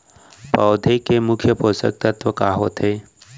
पौधे के मुख्य पोसक तत्व का होथे?